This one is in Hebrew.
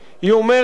היא אומרת: